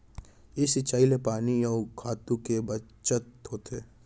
ए सिंचई ले पानी अउ खातू के बचत होथे